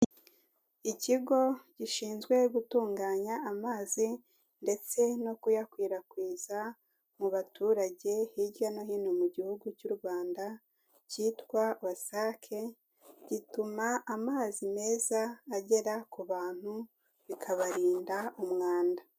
Ikigo gishinzwe gutunganya amazi ndetse no kuyakwirakwiza mu baturage hirya no hino mu gihugu cy'u Rwanda, cyitwa WASAC, gituma amazi meza agera ku bantu bikabarinda umwanda.